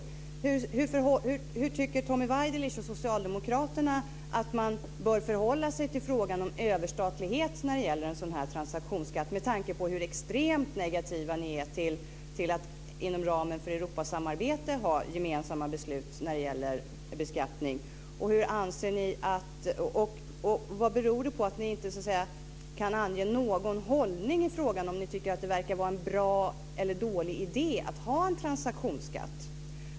Hur tycker Tommy Waidelich och socialdemokraterna att man bör förhålla sig till frågan om överstatlighet när det gäller en sådan här transaktionsskatt, med tanke på hur extremt negativa ni är till att fatta gemensamma beslut om beskattning inom ramen för Europasamarbetet? Vad beror det på att ni inte kan ange någon hållning i frågan? Tycker ni att det verkar att vara en bra eller en dålig idé att ha en transaktionsskatt?